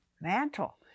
mantle